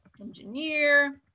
engineer